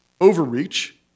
overreach